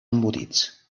embotits